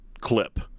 clip